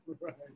Right